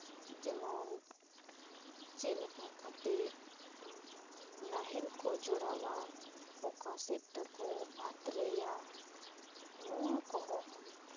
ᱡᱮᱢᱚᱱ ᱪᱮᱫ ᱞᱮᱠᱟ ᱠᱟᱛᱮᱜ ᱱᱟᱦᱮᱞ ᱠᱚ ᱡᱚᱲᱟᱣᱟ ᱚᱠᱟ ᱥᱮᱫ ᱛᱮᱠᱚ ᱟᱛᱨᱮᱭᱟ ᱱᱚᱣᱟ ᱠᱚᱦᱚᱸ